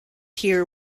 here